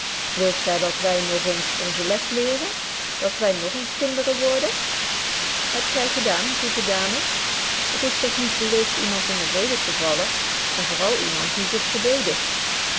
wilt gy dat wy nog eens onze les leren dat wy nog eens kinderen worden hebt gy gedaan zoete dames het is toch niet beleeft iemand in de reden te vallen en vooral iemand die zich verdedigd